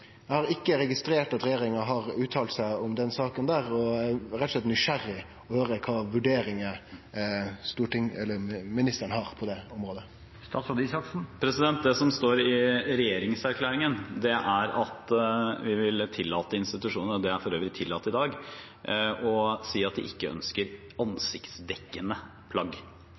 har ikkje registrert at regjeringa har uttalt seg om den saka, og eg er rett og slett nysgjerrig på å høyre kva vurderingar ministeren har på det området. Det som står i regjeringserklæringen, er at vi vil tillate institusjoner – det er for øvrig tillatt i dag – å si at de ikke ønsker